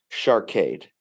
Sharkade